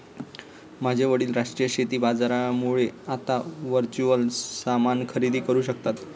माझे वडील राष्ट्रीय शेती बाजारामुळे आता वर्च्युअल सामान खरेदी करू शकता